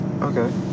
Okay